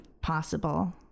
possible